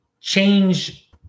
change